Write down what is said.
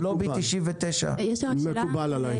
לובי 99. מקובל עליי.